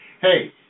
Hey